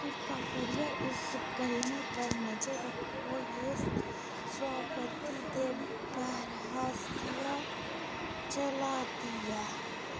किरपा करियै इस गल्लै पर नजर रक्खो जे सभापति दी बैह्स कि'यां चला दी ऐ